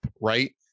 right